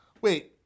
Wait